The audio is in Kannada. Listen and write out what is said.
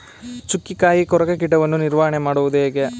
ಚುಕ್ಕಿಕಾಯಿ ಕೊರಕ ಕೀಟವನ್ನು ನಿವಾರಣೆ ಮಾಡುವುದು ಹೇಗೆ?